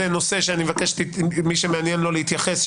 נושא שאני מבקש שמי שמעניין לו להתייחס,